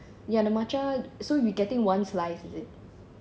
ya the matcha so we getting one slice is it